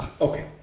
Okay